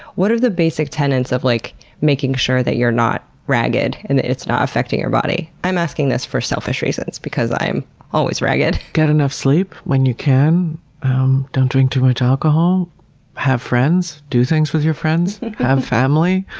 what are the basic tenants of like making sure that you're not ragged, and that it's not affecting your body? i'm asking this for selfish reasons, because i'm always ragged. get enough sleep when you can don't drink too too alcohol have friends, do things with your friends have family,